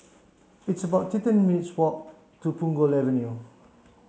it's about thirteen minutes' walk to Punggol Avenue